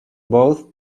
both